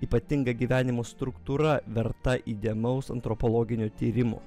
ypatinga gyvenimo struktūra verta įdėmaus antropologinio tyrimo